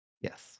Yes